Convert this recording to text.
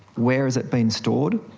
where has it been stored,